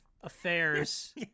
Affairs